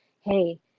hey